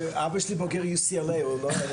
אבא שלי בוגר UCLA, הוא לא היה אוהב את זה.